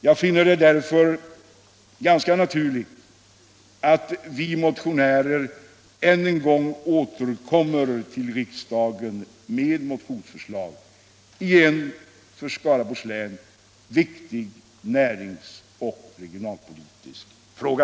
Jag finner det mot denna bakgrund ganska naturligt att vi motionärer än en gång återkommer till riksdagen med motionsförslag i en för Skaraborgs län viktig närings och regionalpolitisk fråga.